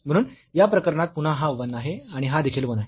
म्हणून या प्रकरणात पुन्हा हा 1 आहे आणि हा देखील 1 आहे